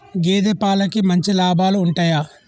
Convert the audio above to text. గేదే పాలకి మంచి లాభాలు ఉంటయా?